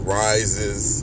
rises